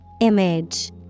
Image